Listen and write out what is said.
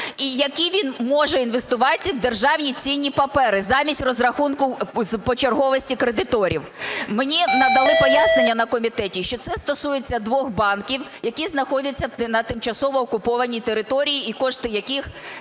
який він може інвестувати у державні цінні папери, замість розрахунку позачерговості кредиторів. Мені надали пояснення на комітеті, що це стосується двох банків, які знаходяться на тимчасово окупованій території і кошти яких